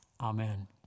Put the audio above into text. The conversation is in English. Amen